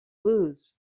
lose